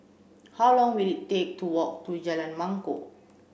how long will it take to walk to Jalan Mangkok